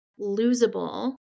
losable